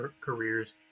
careers